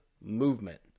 movement